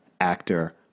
actor